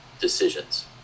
decisions